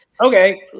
Okay